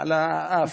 על האף?